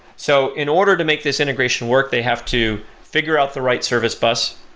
so in order to make this integration work, they have to figure out the right service bus,